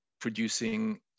producing